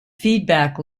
feedback